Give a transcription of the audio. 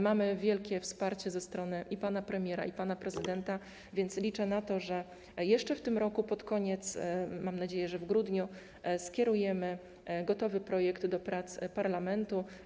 Mamy wielkie wsparcie ze strony i pana premiera, i pana prezydenta, więc liczę na to, że jeszcze w tym roku, pod koniec roku, mam nadzieję, że w grudniu, skierujemy gotowy projekt do prac parlamentu.